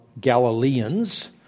Galileans